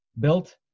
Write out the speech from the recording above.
built